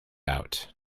out